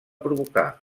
provocar